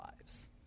lives